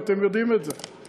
ואתם יודעים את זה.